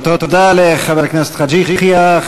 תודה לחבר הכנסת חאג' יחיא.